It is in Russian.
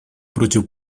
против